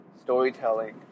storytelling